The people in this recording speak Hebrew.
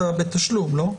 אתה אמרת בתשלום, לא?